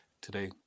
today